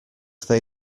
they